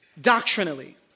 doctrinally